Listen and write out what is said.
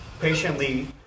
patiently